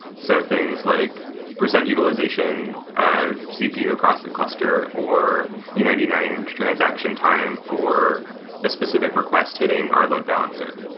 so things like present utilization of cpu across the cluster or ninety nine transaction time for a specific request hitting our load balancer.